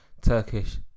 Turkish